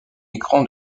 écran